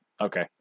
Okay